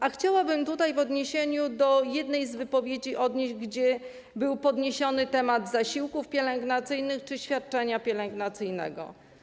A chciałabym tutaj odnieść się do jednej z wypowiedzi, w której był podniesiony temat zasiłków pielęgnacyjnych czy świadczenia pielęgnacyjnego.